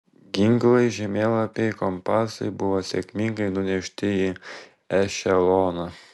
ginklai žemėlapiai kompasai buvo sėkmingai nunešti į ešeloną